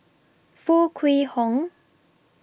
Foo Kwee Horng